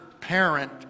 parent